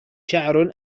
شعر